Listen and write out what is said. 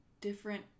different